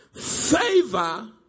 favor